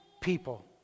people